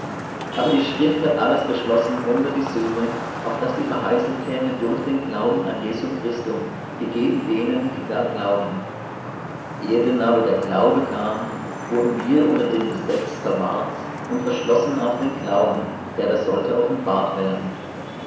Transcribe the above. aber die schrift hat alles beschlossen unter die sünde auf daß die verheißung käme durch den glauben an jesum christum gegeben denen die da glauben ehe denn aber der glaube kam wurden wir unter dem gesetz verwahrt und verschlossen auf den glauben der da sollte offenbart werden